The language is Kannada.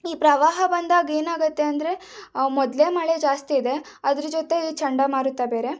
ಈ ಪ್ರವಾಹ ಬಂದಾಗೇನಾಗತ್ತೆ ಅಂದರೆ ಮೊದಲೇ ಮಳೆ ಜಾಸ್ತಿ ಇದೆ ಅದರ ಜೊತೆ ಈ ಚಂಡಮಾರುತ ಬೇರೆ